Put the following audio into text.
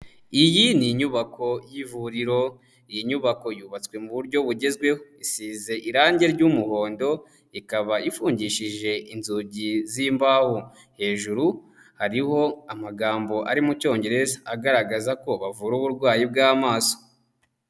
Iyi ni inyubako y'ivuriro, iyi nyubako yubatswe mu buryo bugezweho, isize irangi ry'umuhondo ikaba ifungishije inzugi z'imbaho hejuru hariho amagambo ari mu Cyongereza, agaragaza ko bavura uburwayi bw'amaso.